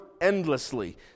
endlessly